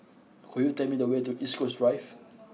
could you tell me the way to East Coast Drive